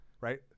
right